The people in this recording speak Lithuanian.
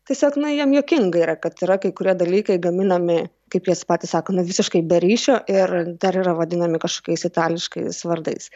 tiesiog na jiem juokinga yra kad yra kai kurie dalykai gaminami kaip jie patys sako nu visiškai be ryšio ir dar yra vadinami kažkokiais itališkais vardais